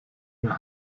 mehr